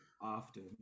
often